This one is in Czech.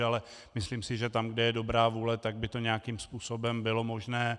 Ale myslím si, že tam, kde je dobrá vůle, tak by to nějakým způsobem bylo možné.